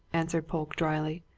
answered polke drily.